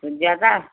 तो ज्यादा